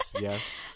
yes